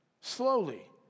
slowly